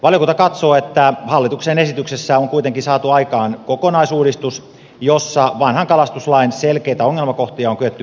valiokunta katsoo että hallituksen esityksessä on kuitenkin saatu aikaan kokonaisuudistus jossa vanhan kalastuslain selkeitä ongelmakohtia on kyetty poistamaan